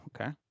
okay